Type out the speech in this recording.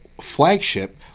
flagship